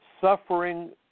suffering